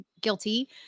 guilty